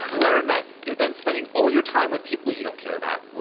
learn that you're then spending all your time with people you don't care about.